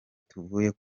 tuvuye